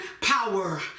power